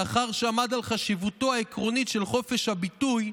לאחר שעמד על חשיבותו העקרונית של חופש הביטוי,